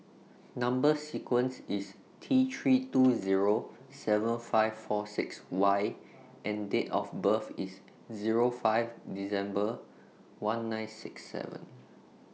Number sequence IS T three two Zero seven five four six Y and Date of birth IS Zero five December one nine six seven